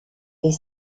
est